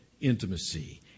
intimacy